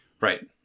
Right